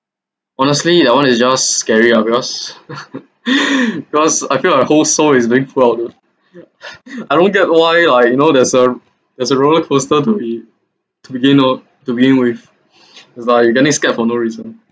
honestly that one is just scary ya because because I feel like a whole soul is being flown I don't get why like you know there's a there's a roller coaster to be to begin not to begin with just like you getting scared for no reason